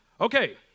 Okay